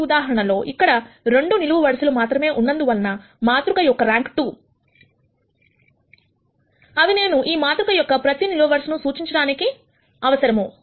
ఈ ఉదాహరణ లో అక్కడ 2 నిలువు వరుసలు మాత్రమే ఉన్నందువలన మాతృక యొక్క ర్యాంక్ 2 అవి నేను ఈ మాతృక యొక్క ప్రతి నిలువు వరుసను సూచించడానికి అవసరము